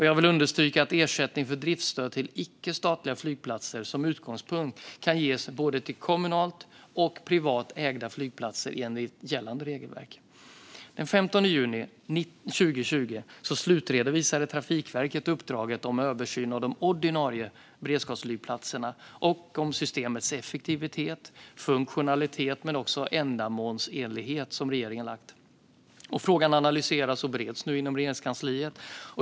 Jag vill understryka att ersättning för driftsstöd till icke-statliga flygplatser som utgångspunkt kan ges till både kommunalt och privat ägda flygplatser enligt gällande regelverk. Den 15 juni 2020 slutredovisade Trafikverket uppdraget om översyn av de ordinarie beredskapsflygplatserna och systemets effektivitet, funktionalitet och ändamålsenlighet som regeringen lagt. Frågan analyseras och bereds nu inom Regeringskansliet.